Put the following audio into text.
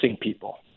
people